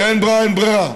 כשאין ברירה, אין ברירה.